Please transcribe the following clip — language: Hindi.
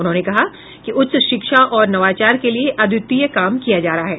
उन्होंने कहा कि उच्च शिक्षा और नवाचार के लिए अद्वितीय काम किया जा रहा है